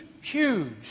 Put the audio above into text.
huge